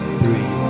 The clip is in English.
three